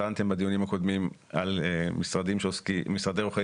טענתם בדיונים הקודמים על משרדי עורכי